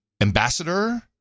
ambassador